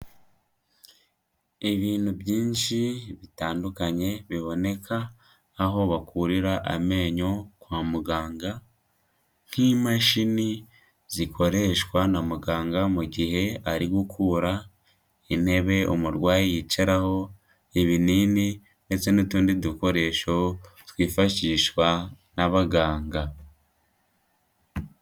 Ibintu byinshi bitandukanye biboneka aho bakurira amenyo kwa muganga, nk'imashini zikoreshwa na muganga mu gihe ari gukura, intebe umurwayi yicaraho, ibinini ndetse n'utundi dukoresho twifashishwa n'abaganga.